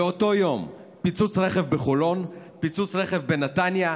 באותו יום פיצוץ רכב בחולון, פיצוץ רכב בנתניה,